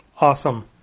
Awesome